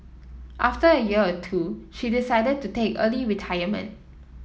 after a year or two she decided to take early retirement